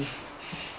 be